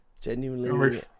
Genuinely